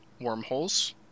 wormholes